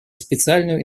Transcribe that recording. специальную